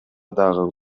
дагы